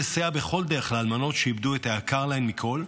עלינו לסייע בכל דרך לאלמנות שאיבדו את היקר להן מכול.